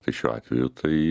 tai šiuo atveju tai